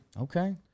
Okay